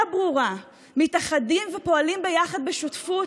ברורה: מתאחדים ופועלים ביחד בשותפות,